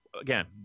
Again